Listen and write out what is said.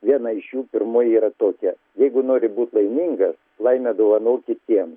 vieną iš jų pirmoji yra tokia jeigu nori būt laimingas laimę dovanok kitiems